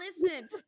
listen